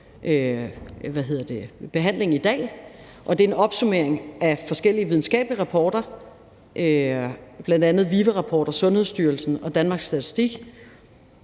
behandlingen i dag, og det er en opsummering af forskellige videnskabelige rapporter, bl.a. fra VIVE og Sundhedsstyrelsen og Danmarks Statistik: